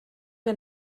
wir